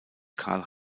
carl